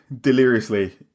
deliriously